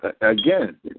Again